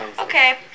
Okay